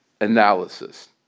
Analysis